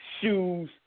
shoes